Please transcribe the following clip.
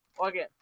okay